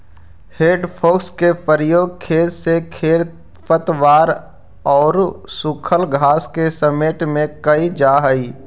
हेइ fork के प्रयोग खेत से खेर पतवार औउर सूखल घास के समेटे में कईल जा हई